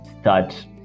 start